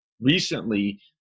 recently